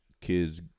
kids